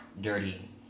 dirty